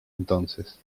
entonces